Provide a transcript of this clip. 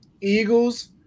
Eagles